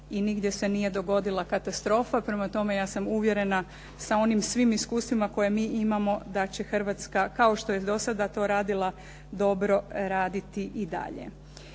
i nigdje se nije dogodila katastrofa, prema tome ja sam uvjerena sa onim svim iskustvima koje mi imamo da će Hrvatska, kao što je do sada to radila, dobro raditi i dalje.